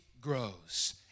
grows